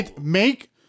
Make